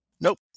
Nope